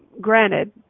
granted